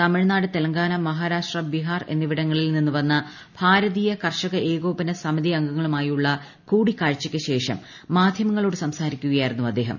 തമിഴ്നാട് തെലങ്കാന മഹാരാഷ്ട്ര ബിഹാർ എന്നിവിടങ്ങളിൽ നിന്നു വന്ന ഭാരതീയ കർഷക ഏകോപന സമിതി അംഗങ്ങളുമായുള്ള കൂടിക്കാഴ്ചയ്ക്ക് ശേഷം മാധ്യമങ്ങളോട് സംസാരിക്കുക യായിരുന്നു അദ്ദേഹം